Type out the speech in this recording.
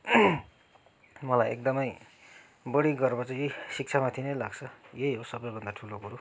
मलाई एकदमै बढी गर्व चाहिँ यही शिक्षामाथि नै लाग्छ यही हो सबैभन्दा ठुलो कुरो